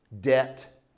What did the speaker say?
debt